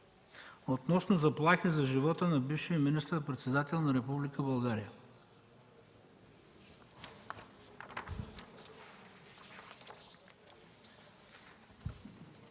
относно заплахи за живота на бившия министър-председател на Република България.